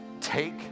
take